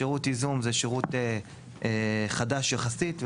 שירות ייזום זה שירות חדש יחסית,